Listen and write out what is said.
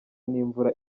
n’imvura